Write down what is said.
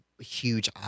huge